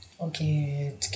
Okay